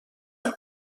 amb